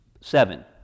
Seven